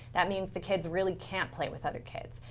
that means the kids really can't play with other kids.